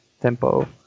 tempo